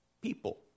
people